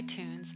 iTunes